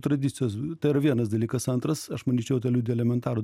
tradicijos tai yra vienas dalykas antras aš manyčiau tai liudija elementarų